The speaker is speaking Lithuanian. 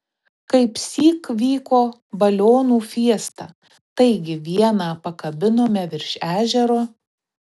kaipsyk vyko balionų fiesta taigi vieną pakabinome virš ežero